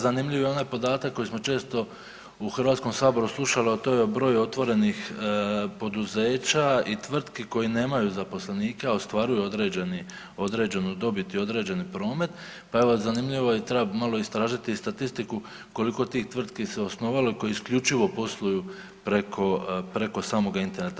Zanimljivo je onaj podatak koji smo često u HS-u slušali, a to je broj otvorenih poduzeća i tvrtku koje nemaju zaposlenike, a ostvaruju određenu dobit i određeni promet, pa evo, zanimljivo je i treba malo istražiti statistiku koliko tih tvrtki se osnovalo i koji isključivo posluju preko samoga interneta.